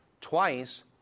twice